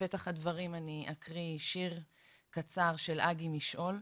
בפתח הדברים אני אקריא שיר קצר של אגי משעול: